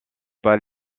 pas